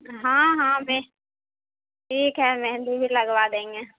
ہاں ہاں مہہ ٹھیک ہے مہندی بھی لگوا دیں گے